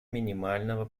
минимального